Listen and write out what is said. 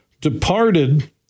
departed